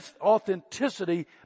authenticity